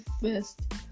first